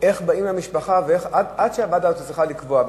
איך באים למשפחה עד שהוועדה הזאת צריכה לקבוע,